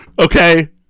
Okay